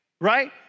right